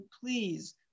please